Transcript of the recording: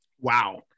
Wow